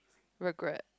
regret